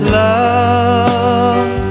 love